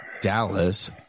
Dallas